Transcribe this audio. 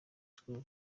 school